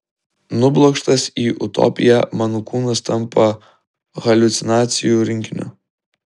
nublokštas į utopiją mano kūnas tampa haliucinacijų rinkiniu